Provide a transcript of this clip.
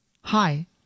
hi